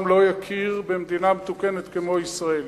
לא יכיר במדינה מתוקנת כמו ישראל.